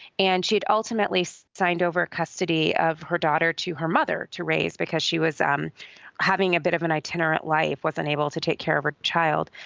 and she had ultimately so signed over custody of her daughter to her mother to raise, because she was um having a bit of and itinerant life, was unable to take care of her child.